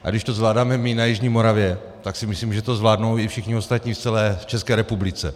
A když to zvládáme my na jižní Moravě, tak si myslím, že to zvládnou i všichni ostatní v celé České republice.